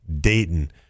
Dayton